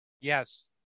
yes